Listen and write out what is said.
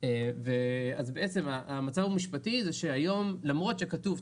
כדי שלא תגיעו שוב להאריך